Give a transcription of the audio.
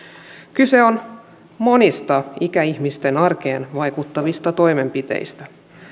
kyse on monista ikäihmisten arkeen vaikuttavista toimenpiteistä